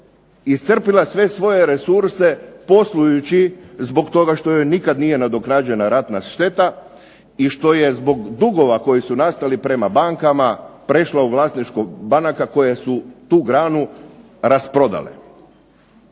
iscrpila sve svoje resurse poslujući zbog toga što joj nikad nije nadoknađena ratna šteta, i što je zbog dugova koji su nastali prema bankama prešla u vlasništvo banaka koje su tu granu rasprodale.